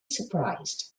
surprised